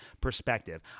perspective